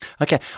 Okay